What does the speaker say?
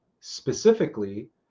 specifically